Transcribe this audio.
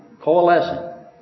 coalescing